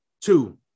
two